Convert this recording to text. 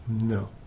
no